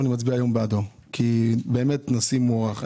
אבל אני מצביע היום בעדו והוא באמת נשיא מוערך.